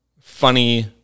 funny